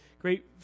great